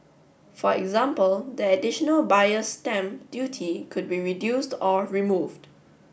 for example the additional buyer's stamp duty could be reduced or removed